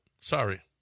Sorry